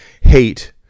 hate